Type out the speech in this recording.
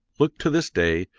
look to this day,